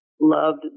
loved